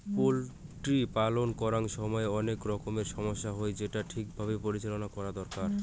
poultry পালন করাং সমইত অনেক রকমের সমস্যা হই, যেটোকে ঠিক ভাবে পরিচালনা করঙ দরকার